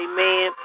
Amen